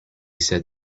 said